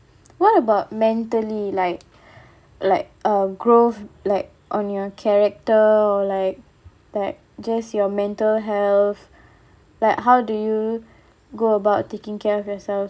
what about mentally like like uh growth like on your character or like like just your mental health like how do you go about taking care of yourself